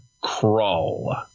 Crawl